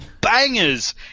bangers